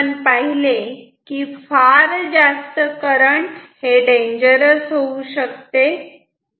आणि म्हणून आपण पाहिले की फार जास्त करंट हे डेंजरस होऊ शकते